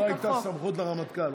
לא הייתה סמכות לרמטכ"ל.